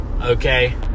okay